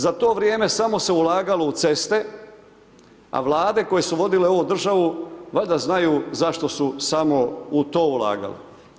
Za to vrijeme samo se ulagalo u ceste a vlade koje su vodile ovu državu valjda znaju zašto su samo u to ulagale.